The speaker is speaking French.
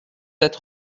sept